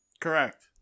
Correct